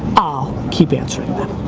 ah keep answering them.